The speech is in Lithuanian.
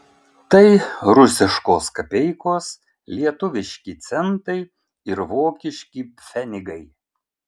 tai rusiškos kapeikos lietuviški centai ir vokiški pfenigai